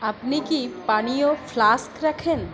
আপনি কি পানীয় ফ্লাস্ক রাখেন